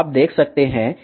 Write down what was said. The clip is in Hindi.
अब देखते हैं कि OP क्या है